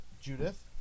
Judith